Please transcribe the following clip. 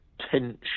tension